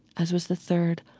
as was the third.